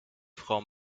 frau